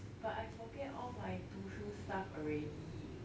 but I forget all my 读书 stuff already